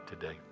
today